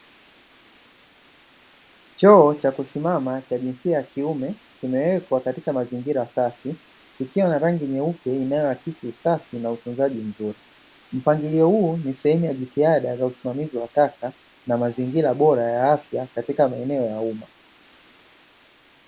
Choo cha kusimama cha jinsia kiume, kimewekwa katika mazingira safi, kikiwa na rangi nyeupe inayoakisi usafi na utunzaji mzuri. Mpangilio huo ni sehemu ya jitihada za usimamizi wa taka na mazingira bora ya afya, katika maeneo ya umma.